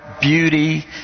beauty